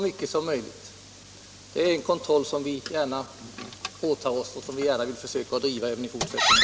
Det är här fråga om en kontroll som vi gärna åtar oss och vill försöka driva även i fortsättningen.